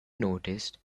noticed